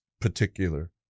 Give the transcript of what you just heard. particular